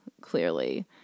clearly